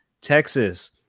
texas